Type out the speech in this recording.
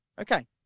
Okay